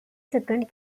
second